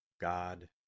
God